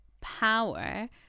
power